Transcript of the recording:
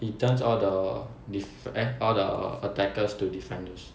he turns all the defen~ eh all the attackers to defenders